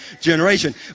generation